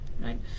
right